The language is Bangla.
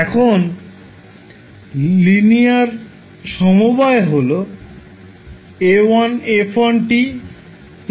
এখন লিনিয়ার সমবায় হল 𝑎1𝑓1 𝑡 𝑎2𝑓2 𝑡